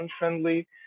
unfriendly